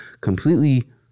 completely